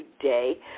today